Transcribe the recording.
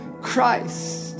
Christ